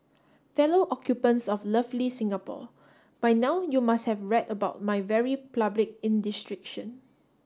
fellow occupants of lovely Singapore by now you must have read about my very public indiscretion